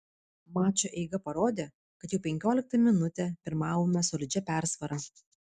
mačo eiga parodė kad jau penkioliktą minutę pirmavome solidžia persvara